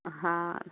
हा